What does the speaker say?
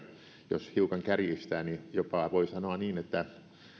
jos hiukan kärjistää niin voi jopa sanoa niin että